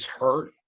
hurt